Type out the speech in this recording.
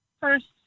first